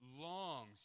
longs